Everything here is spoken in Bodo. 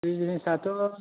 बिजनेसाथ'